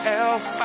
else